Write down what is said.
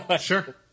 Sure